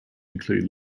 include